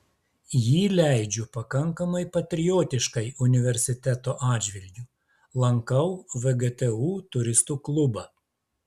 jį leidžiu pakankamai patriotiškai universiteto atžvilgiu lankau vgtu turistų klubą